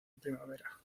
primavera